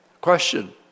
Question